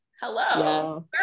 Hello